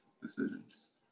decisions